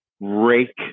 rake